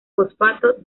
fosfato